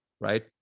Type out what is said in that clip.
right